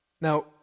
Now